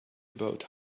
about